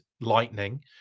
lightning